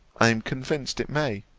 i am convinced it may,